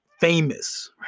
famous